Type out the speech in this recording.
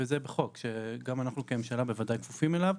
וזה בחוק שגם אנחנו כממשלה בוודאי כפופים אליו,